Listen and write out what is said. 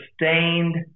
sustained